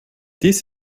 dies